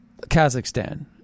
Kazakhstan